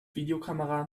videokamera